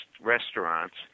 restaurants